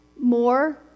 more